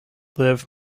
live